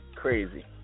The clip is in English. Crazy